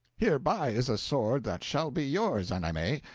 hereby is a sword that shall be yours and i may.